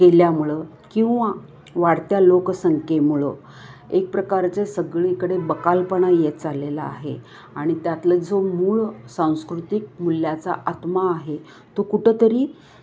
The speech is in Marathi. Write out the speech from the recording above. केल्यामुळं किंवा वाढत्या लोकसंख्येमुळं एक प्रकारचे सगळीकडे बकालपणा येत चाललेला आहे आणि त्यातलं जो मूळ सांस्कृतिक मूल्याचा आत्मा आहे तो कुठं तरी